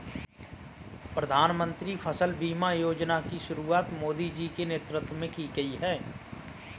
प्रधानमंत्री फसल बीमा योजना की शुरुआत मोदी जी के नेतृत्व में की गई है